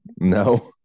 No